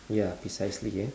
ya precisely yeah